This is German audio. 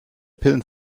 pillen